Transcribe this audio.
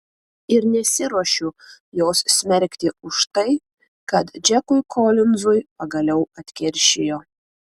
ir nesiruošiu jos smerkti už tai kad džekui kolinzui pagaliau atkeršijo